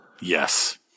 Yes